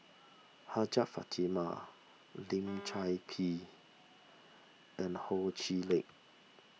Hajjah Fatimah Lim Chor Pee and Ho Chee Lick